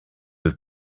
have